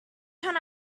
turn